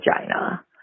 vagina